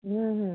ହୁଁ ହୁଁ